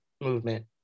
movement